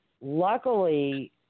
Luckily